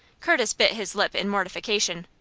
curtis bit his lip in mortification,